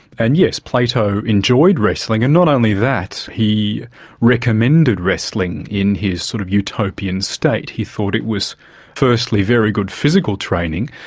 and yes, plato enjoyed wrestling, and not only that, he recommended wrestling in his sort of utopian state. he thought it was firstly very good physical training,